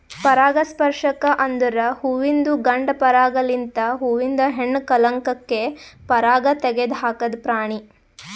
ಪರಾಗಸ್ಪರ್ಶಕ ಅಂದುರ್ ಹುವಿಂದು ಗಂಡ ಪರಾಗ ಲಿಂತ್ ಹೂವಿಂದ ಹೆಣ್ಣ ಕಲಂಕಕ್ಕೆ ಪರಾಗ ತೆಗದ್ ಹಾಕದ್ ಪ್ರಾಣಿ